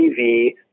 TV